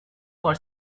for